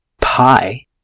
Pi